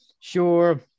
sure